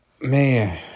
Man